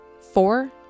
Four